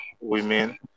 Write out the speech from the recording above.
women